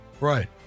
Right